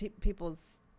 people's